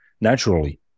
naturally